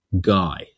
guy